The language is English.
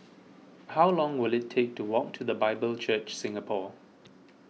how long will it take to walk to the Bible Church Singapore